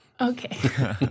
Okay